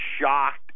shocked